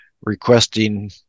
requesting